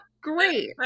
Great